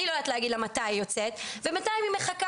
אני לא יודעת להגיד לה מתי היא יוצאת ובינתיים היא מחכה.